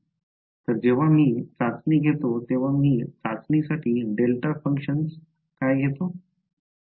तर जेव्हा मी चाचणी घेतो तेव्हा मी चाचणीसाठी डेल्टा फंक्शन्स काय घेते